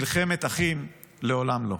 מלחמת אחים, לעולם לא.